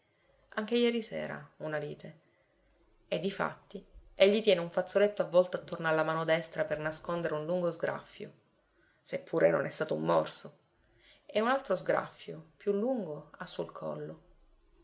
anche jeri sera una lite e difatti egli tiene un fazzoletto avvolto attorno alla mano destra per nascondere un lungo sgraffio se pure non è stato un morso e un altro sgraffio più lungo ha sul collo